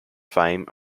fame